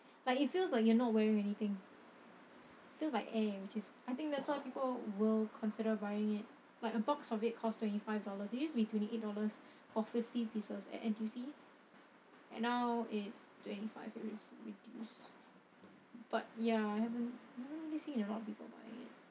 but it feels like you're not wearing anything feels like air which is I think that's why people will consider buying it like a box of it costs twenty five dollars it used to be twenty eight dollars for fifty pieces at N_T_U_C and now it's twenty five so it's reduced but ya haven't really see a lot of people buying it